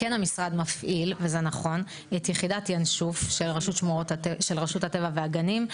כן המשרד מפעיל את יחידת ינשוף של רשות הטבע והגנים,